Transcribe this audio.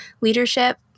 leadership